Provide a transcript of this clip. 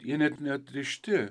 jie net neatrišti